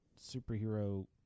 superhero